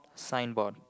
sign board